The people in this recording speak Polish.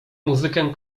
muzykę